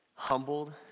humbled